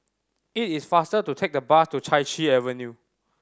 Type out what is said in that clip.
it is faster to take the bus to Chai Chee Avenue